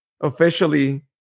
officially